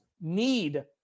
need